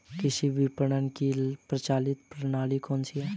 कृषि विपणन की प्रचलित प्रणाली कौन सी है?